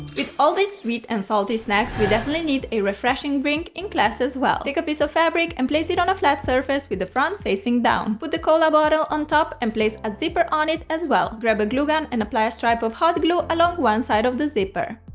all these sweet and salty snacks we definitely need a refreshing drink in class as well. take a piece of fabric and place it on a flat surface with the front facing down. put the cola bottle on top and place a zipper on it as well. grab a glue gun and apply a stripe of hot glue along one side of the zipper.